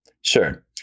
sure